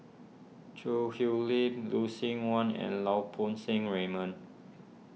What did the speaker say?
Choo Hwee Lim Lucien Wang and Lau Poo Seng Raymond